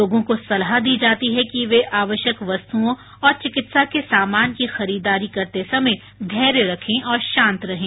लोगों को सलाह दी जाती है कि वे आवश्यक वस्तुओं और चिकित्सा के सामान की खरीदारी करते समय धैर्य रखें और शांत रहें